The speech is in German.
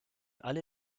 alle